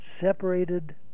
separated